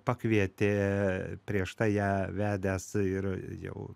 pakvietė prieš tai ją vedęs ir jau